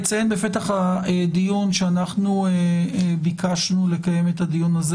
אציין בפתח הדיון שאנחנו ביקשנו לקיים את הדיון הזה